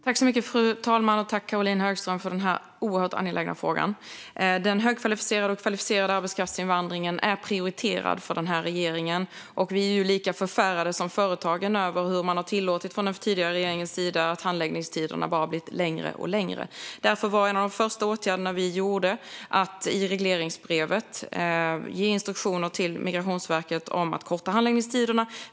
Fru talman! Jag tackar Caroline Högström för denna oerhört angelägna fråga. Den högkvalificerade och kvalificerade arbetskraftsinvandringen är prioriterad för den här regeringen. Vi är lika förfärade som företagen över hur man från den tidigare regeringens sida tillät handläggningstiderna att bara bli längre och längre. Därför var en av de första åtgärder vi vidtog att i regleringsbrevet till Migrationsverket ge instruktioner om att korta handläggningstiderna.